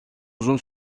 uzun